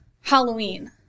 Halloween